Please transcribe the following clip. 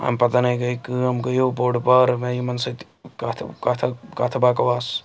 اَمہِ پَتَن گٔے کٲم گٔیو بوٚڑ بارٕ مےٚ یِمَن سۭتۍ کَتھ کَتھ کَتھٕ بَکواس